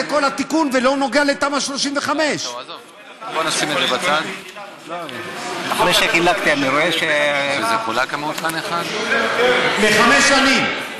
זה כל התיקון, ולא קשור לתמ"א 35. לחמש שנים.